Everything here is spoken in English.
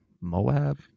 Moab